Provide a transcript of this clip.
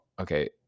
okay